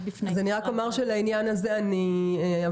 בפני --- אני רק אומר שלעניין הזה אני אבקש